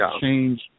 change